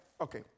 Okay